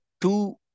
two